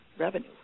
revenue